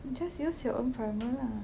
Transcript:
you just use your own primer lah